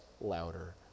louder